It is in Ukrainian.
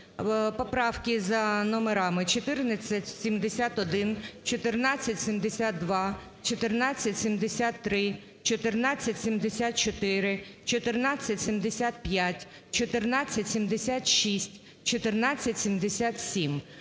поправки за номерами: 1471, 1472, 1473, 1474, 1475, 1476, 1477.